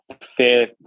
fair